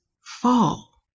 fall